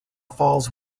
falls